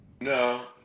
No